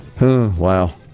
wow